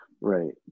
Right